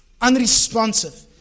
Unresponsive